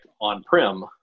on-prem